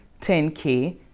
10k